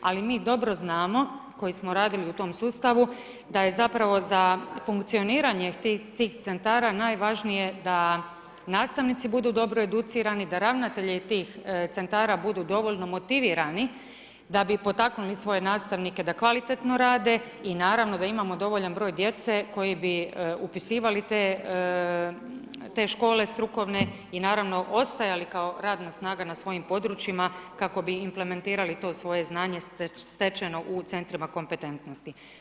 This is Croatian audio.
Ali mi dobro znamo koji smo radili u tom sustavu, da je zapravo za funkcioniranje tih centara najvažnije da nastavnici budu dobro educirani, da ravnatelji tih centara budu dovoljno motivirani da bi potaknuli svoje nastavnike da kvalitetno rade i naravno da imamo dovoljan broj djece koji bi upisivali te škole strukovne i naravno ostajali kao radna snaga na svojim područjima kako bi implementirali to svoje znanje stečeno u centrima kompetentnosti.